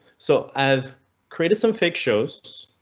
so i've created some fake shows.